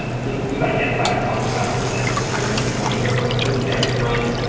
ah we've we've identified a couple sectors that consumers actually wanna hear from food and beverage brands.